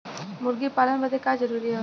मुर्गी पालन बदे का का जरूरी ह?